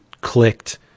clicked